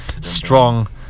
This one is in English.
strong